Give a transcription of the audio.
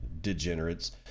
degenerates